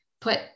put